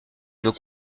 nos